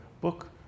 book